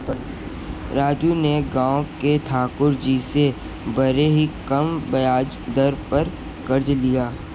राजू ने गांव के ठाकुर जी से बड़े ही कम ब्याज दर पर कर्ज लिया